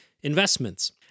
investments